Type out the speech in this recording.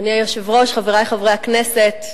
אדוני היושב-ראש, חברי חברי הכנסת,